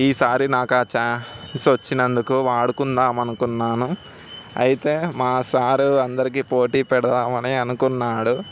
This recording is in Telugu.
ఈసారి నాకు ఆ ఛాన్స్ వచ్చినందుకు వాడుకుందాము అనుకున్నాను అయితే మా సారు అందరికీ పోటీ పెడదామని అనుకున్నాడు